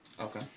Okay